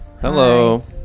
Hello